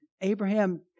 Abraham